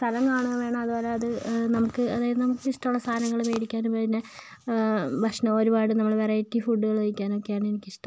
സ്ഥലം കാണും വേണം അതുപോലെ അത് നമുക്ക് അതായത് നമുക്കിഷ്ടമുള്ള സാധനങ്ങൾ വേടിക്കാനും പിന്നെ ഭക്ഷണം ഒരുപാട് നമ്മൾ വെറൈറ്റി ഫുഡ്ഡുകൾ കഴിക്കാനൊക്കെയാണ് എനിക്കിഷ്ടം